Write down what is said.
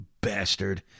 bastard